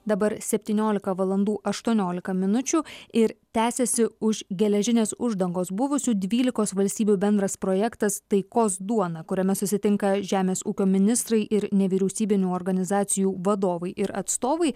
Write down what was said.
dabar septyniolika valandų aštuoniolika minučių ir tęsiasi už geležinės uždangos buvusių dvylikos valstybių bendras projektas taikos duona kuriame susitinka žemės ūkio ministrai ir nevyriausybinių organizacijų vadovai ir atstovai